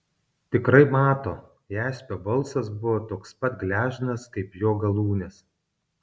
tikrai mato jaspio balsas buvo toks pat gležnas kaip jo galūnės